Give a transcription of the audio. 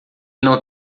não